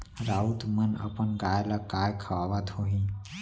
राउत मन अपन गाय ल काय खवावत होहीं